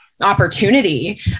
opportunity